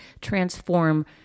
transform